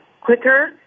quicker